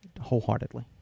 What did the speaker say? wholeheartedly